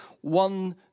one